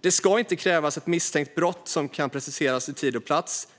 "Det ska alltså inte krävas ett misstänkt brott som kan preciseras till tid och plats.